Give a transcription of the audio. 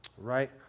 Right